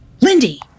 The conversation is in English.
Lindy